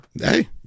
Hey